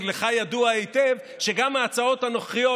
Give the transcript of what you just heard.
לך ידוע היטב שגם ההצעות הנוכחיות,